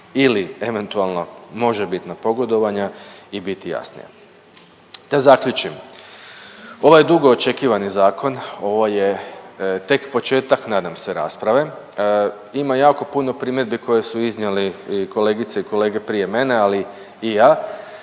ili eventualno možebitna pogodovanja i biti jasnija. Da zaključim, ovo je dugo očekivani zakon, ovo je tek početak nadam se rasprave, ima jako puno primjedbi koje su iznijeli i kolegice i kolege prije mene, ali i ja.